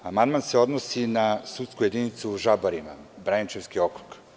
Amandman se odnosi na sudsku jedinicu u Žabarima, Braničevski okrug.